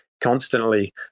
constantly